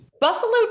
Buffalo